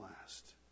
last